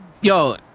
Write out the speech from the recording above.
Yo